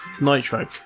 Nitro